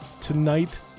Tonight